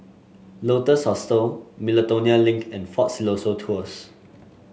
Lotus Hostel Miltonia Link and Fort Siloso Tours